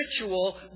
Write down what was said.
ritual